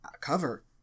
cover